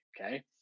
okay